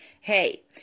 Hey